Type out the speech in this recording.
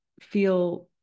feel